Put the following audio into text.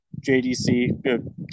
jdc